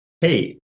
hey